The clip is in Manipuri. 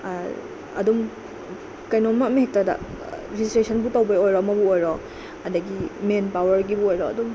ꯑꯗꯨꯝ ꯀꯩꯅꯣꯝꯃ ꯑꯃ ꯍꯦꯛꯇꯗ ꯔꯦꯖꯤꯁꯇ꯭ꯔꯦꯁꯟꯕꯨ ꯇꯧꯕꯒꯤ ꯑꯣꯏꯔꯣ ꯑꯃꯕꯨ ꯑꯣꯏꯔꯣ ꯑꯗꯒꯤ ꯃꯦꯟ ꯄꯥꯋꯔꯒꯤꯕꯨ ꯑꯣꯏꯔꯣ ꯑꯗꯨꯝ